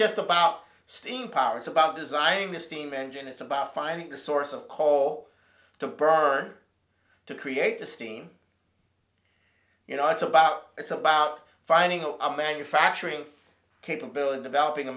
just about steam power it's about designing the steam engine it's about finding the source of coal to bird to create the steam you know it's about it's about finding a manufacturing capability developing a